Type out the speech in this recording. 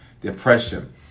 depression